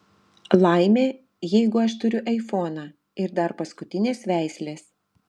laimė jeigu aš turiu aifoną ir dar paskutinės veislės